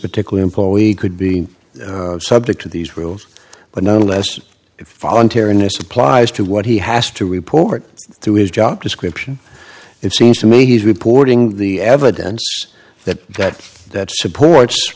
particular employee could be subject to these rules but nonetheless if ontarian this applies to what he has to report through his job description it seems to me he's reporting the evidence that that that supports